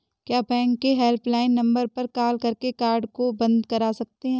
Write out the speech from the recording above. क्या बैंक के helpline number पर कॉल करके कार्ड को बंद करा सकते हैं?